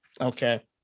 Okay